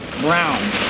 brown